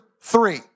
three